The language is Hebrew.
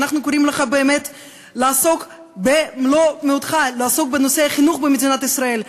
אנחנו קוראים לך באמת לעסוק במלוא מאודך בנושא החינוך במדינת ישראל,